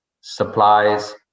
supplies